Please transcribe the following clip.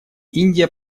индия